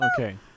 Okay